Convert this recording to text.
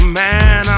man